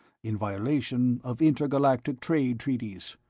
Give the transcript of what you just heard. in violation of intergalactic trade treaties.